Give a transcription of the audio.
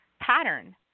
pattern